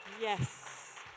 Yes